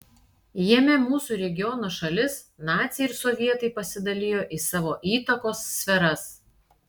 jame mūsų regiono šalis naciai ir sovietai pasidalijo į savo įtakos sferas